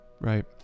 right